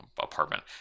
apartment